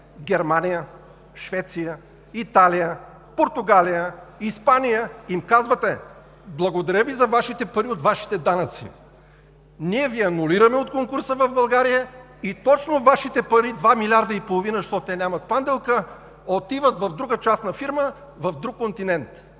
Германия, Швеция, Италия, Португалия, Испания: благодарим за Вашите пари от Вашите данъци; ние Ви анулираме от конкурса в България и точно Вашите пари – два милиарда и половина, защото те нямат панделка, отиват в друга частна фирма, в друг континент!